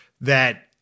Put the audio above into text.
that-